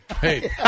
hey